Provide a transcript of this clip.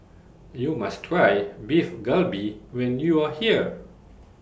YOU must Try Beef Galbi when YOU Are here